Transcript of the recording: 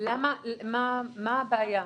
--- מה הבעיה?